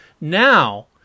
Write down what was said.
Now